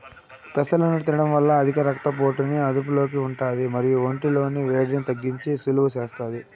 పెసలను తినడం వల్ల అధిక రక్త పోటుని అదుపులో ఉంటాది మరియు ఒంటి లోని వేడిని తగ్గించి సలువ చేస్తాది